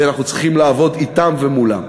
ואנחנו צריכים לעבוד אתם ומולם.